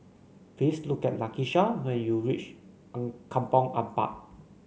please look at Lakisha when you reach Kampong Ampat